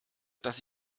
dass